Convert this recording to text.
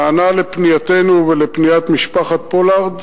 נענה לפנייתנו ולפניית משפחת פולארד